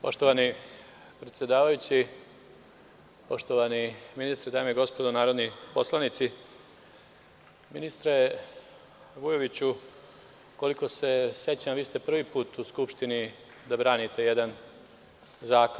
Poštovani predsedavajući, dame i gospodo narodni poslanici, ministre Vujoviću, koliko se sećam, vi ste prvi put u Skupštini da branite jedan zakon.